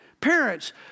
Parents